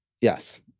yes